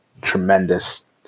tremendous